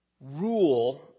rule